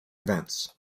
events